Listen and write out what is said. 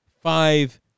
five